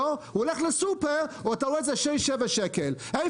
והוא הולך לסופר ורואה את זה בשישה-שבעה שקלים.